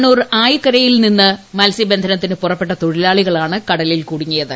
കണ്ണൂർ ആയിക്കരയിൽ നിന്ന് മത്സ്യബന്ധനത്തിന് പുറപ്പെട്ട തൊഴിലാളികളാണ് കടലിൽ കുടുങ്ങിയത്